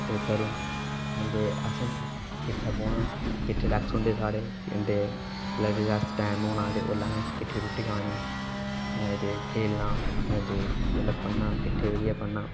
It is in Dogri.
ते असें किठ्ठे बौह्ना किठ्ठे डैक्स होंदे साढे़ ते लन्च टाइम बेल्लै असें किट्ठे रुट्टी खानी ते खेढना ते जेल्लै पढ़ना किठ्ठे बेहियै पढ़ना